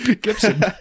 Gibson